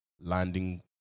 landing